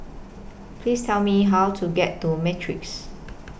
Please Tell Me How to get to Matrix